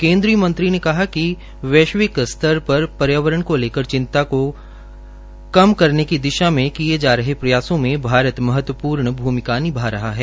केन्द्रीय मंत्री ने कहा कि वैश्विक स्तर पर पर्यावरण को लेकर चिंता को कम करने की दिशामें किये गये प्रयासों में भारत महत्वपूर्ण भूमिका निभा रहा है